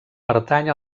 pertany